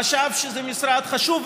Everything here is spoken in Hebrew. הוא חשב שזה משרד חשוב,